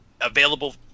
available